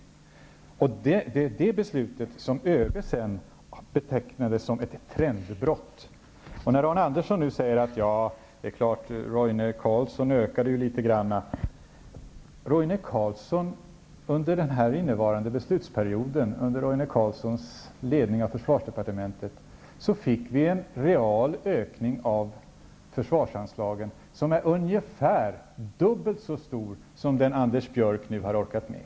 Det är detta beslut som ÖB betecknade som ett trendbrott. Arne Andersson säger nu: Ja, det är klart, Roine Carlsson ökade ju litet grand. Under den innevarande beslutsperioden, under Roine Carlsson ledning av försvarsdepartementet, fick vi en real ökning av försvarsanslagen som var ungefär dubbelt så stor som den Anders Björck nu har orkat med.